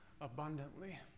abundantly